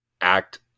act